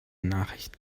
nachricht